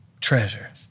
Treasure